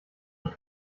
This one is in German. und